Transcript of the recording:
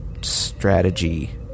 strategy